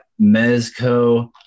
Mezco